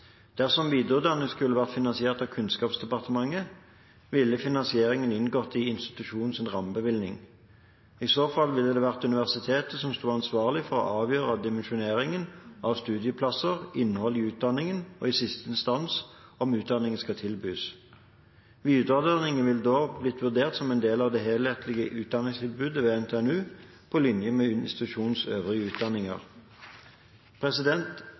Dersom videreutdanningen skulle vært finansiert av Kunnskapsdepartementet, ville finansieringen inngå i institusjonens rammebevilgning. I så fall ville det vært universitetet som sto ansvarlig for å avgjøre dimensjoneringen av studieplasser, innholdet i utdanningen og – i siste instans – om utdanningen skal tilbys. Videreutdanningen ville da blitt vurdert som en del av det helhetlige utdanningstilbudet ved NTNU, på linje med institusjonens øvrige utdanninger.